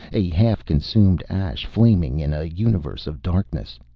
a half-consumed ash flaming in a universe of darkness.